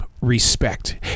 respect